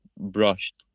brushed